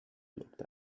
looked